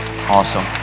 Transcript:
awesome